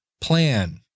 plan